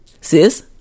Sis